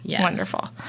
Wonderful